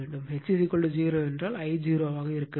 H 0 என்றால் I 0 ஆக இருக்க வேண்டும்